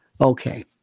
Okay